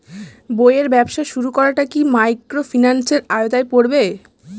বইয়ের ব্যবসা শুরু করাটা কি মাইক্রোফিন্যান্সের আওতায় পড়বে?